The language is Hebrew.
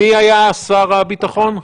מי היה שר הביטחון?